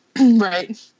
Right